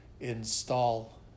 install